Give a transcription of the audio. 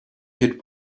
hit